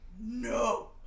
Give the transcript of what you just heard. No